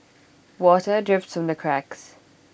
water drips from the cracks